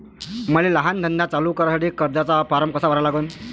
मले लहान धंदा चालू करासाठी कर्जाचा फारम कसा भरा लागन?